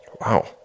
Wow